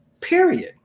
Period